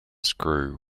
screw